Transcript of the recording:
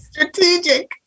strategic